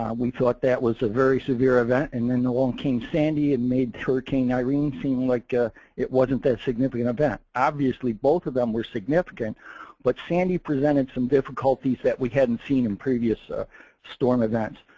um we thought that was a very severe event and then along came sandy and made hurricane irene seem like ah it wasn't that significant event. obviously both of them were significant but sandy presented some difficulties that we hadn't seen in previous ah storm events.